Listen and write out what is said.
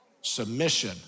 Submission